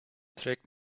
trägt